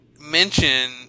mention